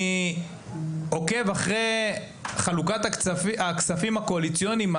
אני עוקב אחרי חלוקת הכספים הקואליציוניים,